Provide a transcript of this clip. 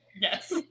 Yes